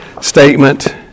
statement